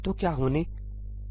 तो क्या होने जा रहा है